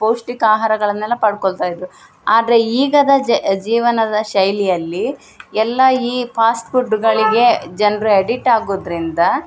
ಪೌಷ್ಟಿಕ ಆಹಾರಗಳನ್ನೆಲ್ಲ ಪಡ್ಕೊಳ್ತಾ ಇದ್ದರು ಆದರೆ ಈಗ ಜೀವನದ ಶೈಲಿಯಲ್ಲಿ ಎಲ್ಲ ಈ ಫಾಸ್ಟ್ ಫುಡ್ಗಳಿಗೆ ಜನ್ರು ಎಡಿಟ್ ಆಗುವುದ್ರಿಂದ